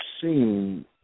seen